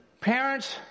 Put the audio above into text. parents